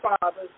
fathers